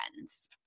friends